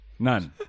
None